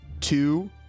two